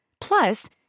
Plus